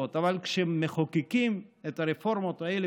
אבל כשמחוקקים את הרפורמות האלה